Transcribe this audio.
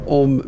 om